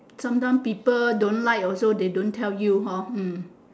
sometimes people don't like also they also don't tell you hor hmm